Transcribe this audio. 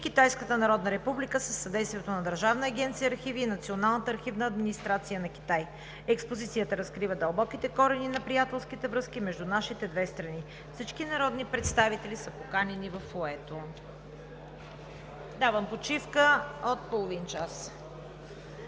Китайската народна република“ със съдействието на Държавна агенция „Архиви“ и Националната архивна администрация на Китай. Експозицията разкрива дълбоките корени на приятелските връзки между нашите две страни. Всички народни представители са поканени във фоайето. Давам почивка от половин час.